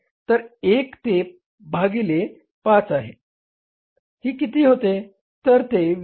तर ते 1 भागिले 5 आहे ही किती होते